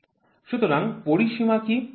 সুতরাং পরিসীমা কি